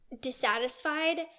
dissatisfied